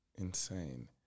insane